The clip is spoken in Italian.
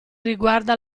riguarda